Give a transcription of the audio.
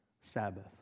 Sabbath